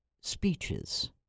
speeches